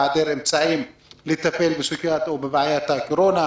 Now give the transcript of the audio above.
בהיעדר אמצעים לטפל בבעיית הקורונה,